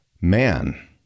man